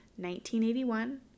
1981